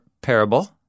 parable